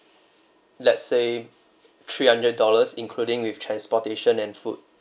let's say three hundred dollars including with transportation and food